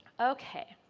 okay,